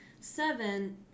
seven